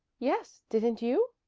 yes, didn't you?